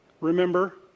remember